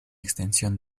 extensión